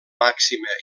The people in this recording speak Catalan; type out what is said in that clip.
màxima